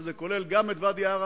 שזה כולל גם את ואדי-עארה,